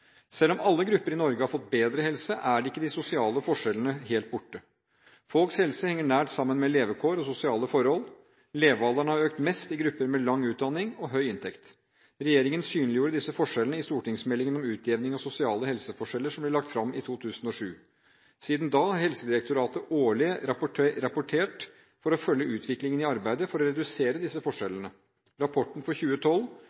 Selv om alle grupper i Norge har fått bedre helse, er ikke de sosiale forskjellene borte. Folks helse henger nært sammen med levekår og sosiale forhold. Levealderen har økt mest i grupper med lang utdanning og høy inntekt. Regjeringen synliggjorde disse forskjellene i stortingsmeldingen om utjevning av sosiale helseforskjeller, som ble lagt fram i 2007. Siden da har Helsedirektoratet laget årlige rapporter for å følge utviklingen i arbeidet for å redusere disse